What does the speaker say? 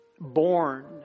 born